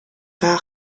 pas